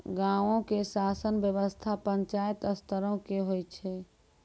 गांवो के शासन व्यवस्था पंचायत स्तरो के होय छै